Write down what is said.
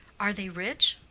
are they rich?